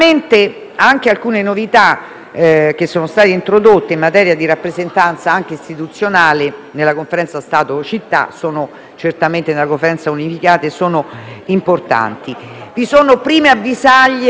che sono state introdotte in materia di rappresentanza, anche istituzionale, nella Conferenza Stato-città e nella Conferenza unificata, sono importanti. Vi sono prime avvisaglie di fiscalità di vantaggio: